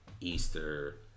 Easter